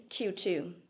Q2